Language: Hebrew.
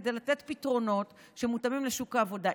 כדי לתת פתרונות שמותאמים לשוק העבודה.